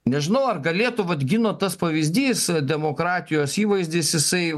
nežinau ar galėtų vat gino tas pavyzdys demokratijos įvaizdis jisai